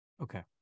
Okay